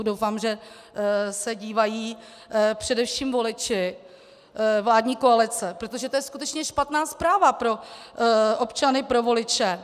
Doufám, že se dívají především voliči vládní koalice, protože to je skutečně špatná zpráva pro občany, pro voliče.